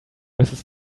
mrs